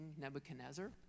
Nebuchadnezzar